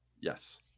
Yes